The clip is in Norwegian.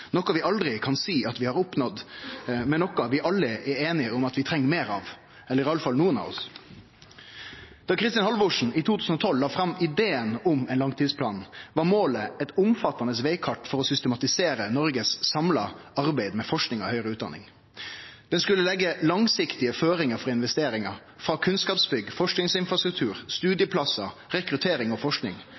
noko vi aldri kan seie vi har oppnådd, men noko vi alle er einige om at vi treng meir av – eller iallfall nokre av oss. Da Kristin Halvorsen i 2012 la fram ideen om ein langtidsplan, var målet eit omfattande vegkart for å systematisere det samla arbeidet med forsking og høgre utdanning i Noreg. Planen skulle leggje langsiktige føringar for investeringar – frå kunnskapsbygg til forskingsinfrastruktur, studieplassar, rekruttering og forsking.